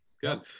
good